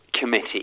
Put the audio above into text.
Committee